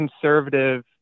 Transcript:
conservative